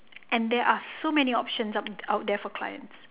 and there are so many options out out there for clients